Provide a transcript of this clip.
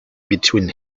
between